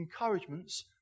encouragements